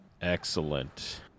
Excellent